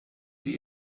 die